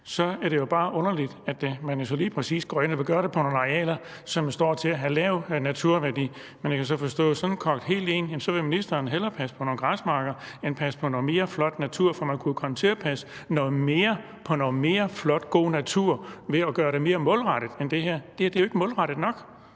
så er det bare underligt, at man så lige præcis vil gå ind at gøre det på nogle arealer, som står til at have lav naturværdi. Man kan forstå, at ministeren, hvis det, hun siger, koges helt ind til benet, hellere vil passe på nogle græsmarker end passe på noget mere flot natur, for man kunne jo komme til at passe noget mere på noget mere flot, god natur ved at gøre det mere målrettet end det her. Det her er jo ikke målrettet nok.